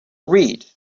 read